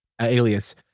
Alias